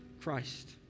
Christ